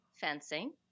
fencing